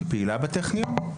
שפעילה בטכניון?